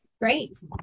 Great